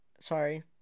sorry